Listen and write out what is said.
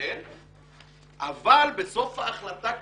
אבל בסוף ההחלטה כתוב,